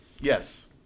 Yes